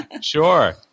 Sure